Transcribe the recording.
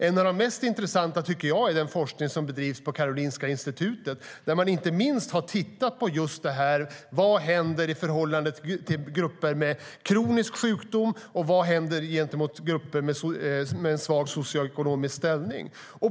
Ett av de mest intressanta exemplen tycker jag är den forskning som bedrivs på Karolinska Institutet, där man har tittat på vad som händer inte minst i förhållande till grupper med kronisk sjukdom och grupper med svag socioekonomisk ställning.